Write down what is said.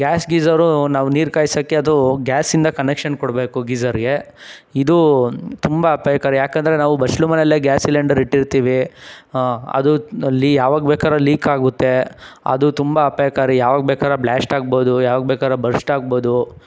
gas geyser ನಾವು ನೀರು ಕಾಯ್ಸೋಕ್ಕೆ ಅದು ಗ್ಯಾಸಿಂದ ಕನೆಕ್ಷನ್ ಕೊಡಬೇಕು ಗೀಝರ್ಗೆ ಇದು ತುಂಬ ಅಪಾಯಕಾರಿ ಯಾಕಂದರೆ ನಾವು ಬಚ್ಲು ಮನೇಲ್ಲೆ ಗ್ಯಾಸ್ ಸಿಲಿಂಡರ್ ಇಟ್ಟಿರ್ತೀವಿ ಅದು ಲೀ ಯಾವಾಗ ಬೇಕಾದ್ರು ಲೀಕ್ ಆಗುತ್ತೆ ಅದು ತುಂಬ ಅಪಾಯಕಾರಿ ಯಾವಾಗ ಬೇಕಾರೂ ಬ್ಲ್ಯಾಸ್ಟ್ ಆಗ್ಬೋದು ಯಾವಾಗ ಬೇಕಾರೂ ಬರ್ಸ್ಟ್ ಆಗ್ಬೋದು